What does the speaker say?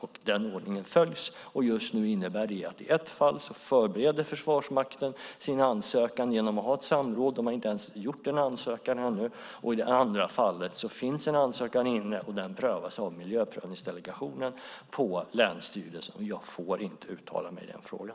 Den ordningen följs, och just nu innebär det att i ett fall förbereder Försvarsmakten sin ansökan genom att ha ett samråd. De har inte ens gjort en ansökan ännu. I det andra fallet finns en ansökan inne, och den prövas av miljöprövningsdelegationen på länsstyrelsen. Jag får inte uttala mig i den frågan.